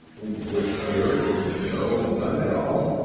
with security? no, none at all.